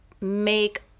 make